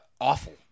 awful